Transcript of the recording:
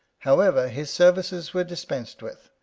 however, his services were dispensed with,